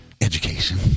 education